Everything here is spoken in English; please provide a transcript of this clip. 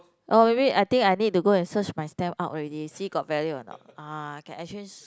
oh maybe I think I need to go and search my stamp out already see got value or not ah can exchange